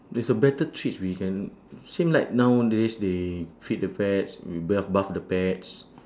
there's a better treats we can same like nowadays they feed the pets we bath bath the pets